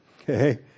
okay